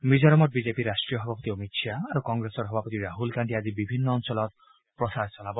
মিজোৰামত বিজেপিৰ ৰাষ্ট্ৰীয় সভাপতি অমিত শ্বাহ আৰু কংগ্ৰেছৰ সভাপতি ৰাহুল গান্ধীয়ে আজি বিভিন্ন অঞ্চলত প্ৰচাৰ চলাব